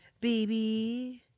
Baby